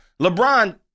LeBron